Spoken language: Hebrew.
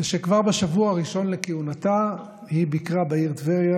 זה שכבר בשבוע הראשון לכהונתה היא ביקרה בעיר טבריה